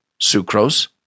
sucrose